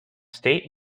state